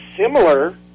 similar